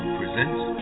presents